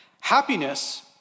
Happiness